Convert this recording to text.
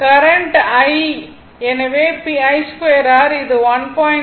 current I எனவே I2 r இது 1